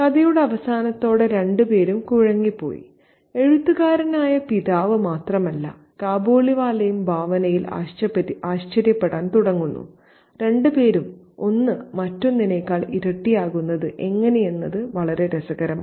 കഥയുടെ അവസാനത്തോടെ രണ്ടുപേരും കുഴങ്ങിപ്പോയി എഴുത്തുകാരനായ പിതാവ് മാത്രമല്ല കാബൂളിവാലയും ഭാവനയിൽ ആശ്ചര്യപ്പെടാൻ തുടങ്ങുന്നു രണ്ടുപേരും ഒന്ന് മറ്റൊന്നിനേക്കാൾ ഇരട്ടിയാകുന്നത് എങ്ങനെയെന്നത് വളരെ രസകരമാണ്